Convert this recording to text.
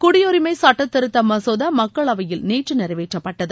குடியுரிமை சுட்ட திருத்த மசோதா மக்களவையில் நேற்று நிறைவேற்றப்பட்டது